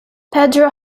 pedro